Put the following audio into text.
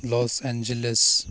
Los Angeles